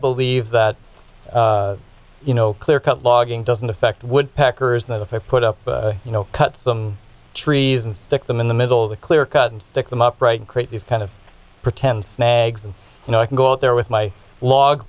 believe that you know clear cut logging doesn't affect woodpeckers and if i put up you know cut some trees and stick them in the middle of the clearcut and stick them upright create these kind of pretend snags and you know i can go up there with my log